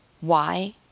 Why